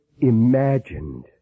imagined